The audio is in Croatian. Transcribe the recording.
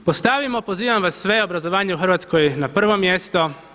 Postavimo, pozivam vas sve, obrazovanje u Hrvatskoj na prvo mjesto.